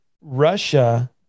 Russia